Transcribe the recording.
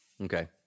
Okay